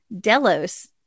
delos